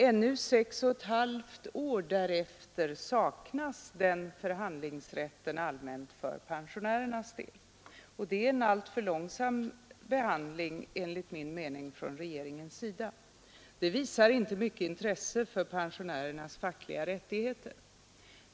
Ännu 6 1/2 år därefter saknar pensionärerna förhandlingsrätt, och det är enligt min mening en alltför långsam behandling från regeringens sida. Den visar inte mycket intresse för pensionärernas fackliga rättigheter.